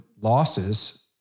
losses